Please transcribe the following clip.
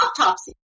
autopsy